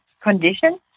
condition